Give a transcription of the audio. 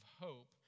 hope